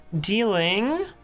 Dealing